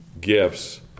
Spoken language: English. gifts